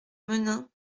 menin